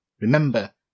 Remember